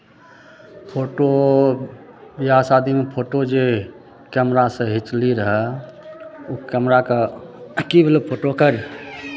photo विवाह शादीमे photo जे कैमरासँ घिंचली रहए ओ कैमराके की भेलहु फोटोके रे